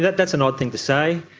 that's an odd thing to say,